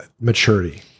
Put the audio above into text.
maturity